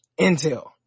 intel